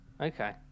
Okay